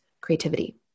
creativity